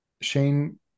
shane